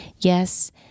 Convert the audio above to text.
Yes